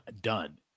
done